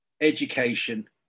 education